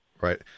right